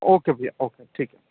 okay भैया okay ठीक है